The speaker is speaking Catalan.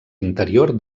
interior